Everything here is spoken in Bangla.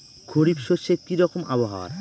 খরিফ শস্যে কি রকম আবহাওয়ার?